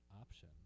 option